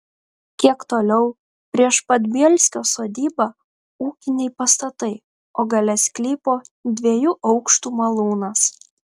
kiek toliau prieš pat bielskio sodybą ūkiniai pastatai o gale sklypo dviejų aukštų malūnas